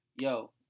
Yo